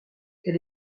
elle